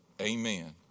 Amen